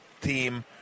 team